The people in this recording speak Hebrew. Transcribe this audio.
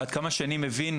עד כמה שאני מבין,